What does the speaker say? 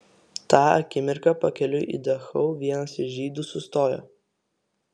tą akimirką pakeliui į dachau vienas iš žydų sustojo